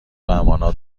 امانات